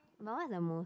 but what's the most